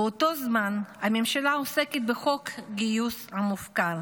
באותו זמן הממשלה עוסקת בחוק הגיוס המופקר,